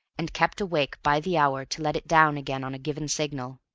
and kept awake by the hour to let it down again on a given signal.